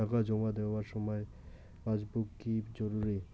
টাকা জমা দেবার সময় পাসবুক কি জরুরি?